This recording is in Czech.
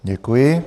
Děkuji.